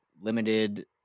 limited